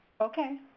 Okay